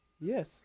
Yes